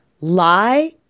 lie